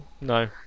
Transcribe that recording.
no